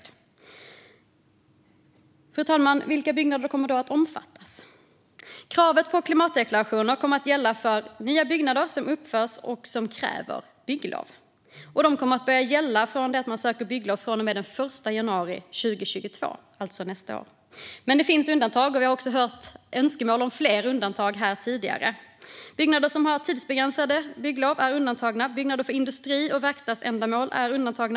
Fru talman! Vilka byggnader kommer då att omfattas? Kravet på klimatdeklaration kommer att gälla för nya byggnader som uppförs och som kräver bygglov. Det kommer att börja gälla från det att man söker bygglov från och med den 1 januari 2022, alltså nästa år. Men det finns undantag, och vi har hört önskemål om fler undantag här tidigare. Byggnader som har tidsbegränsade bygglov är undantagna, och byggnader för industri och verkstadsändamål är undantagna.